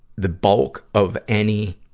the bulk of any